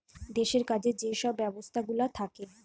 দেশের কাজে যে সব ব্যবস্থাগুলা থাকে